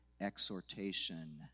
exhortation